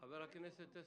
לחבר הכנסת טסלר.